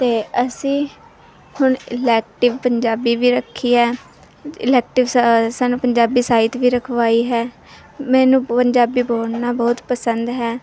ਅਤੇ ਅਸੀਂ ਹੁਣ ਇਲੈਕਟਿਵ ਪੰਜਾਬੀ ਵੀ ਰੱਖੀ ਹੈ ਇਲੈਕਟਿਵ ਸਾਨੂੰ ਸਾਨੂੰ ਪੰਜਾਬੀ ਸਾਹਿਤ ਵੀ ਰਖਵਾਈ ਹੈ ਮੈਨੂੰ ਪੰਜਾਬੀ ਬੋਲਣਾ ਬਹੁਤ ਪਸੰਦ ਹੈ